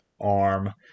arm